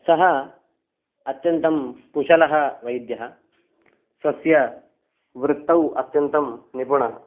सः अत्यन्तः कुशलः वैद्यः स्वस्य वृत्तौ अत्यन्तं निपुणः